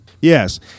Yes